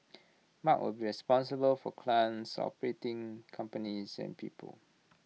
mark will be responsible for clients operating companies and people